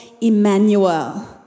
Emmanuel